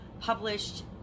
published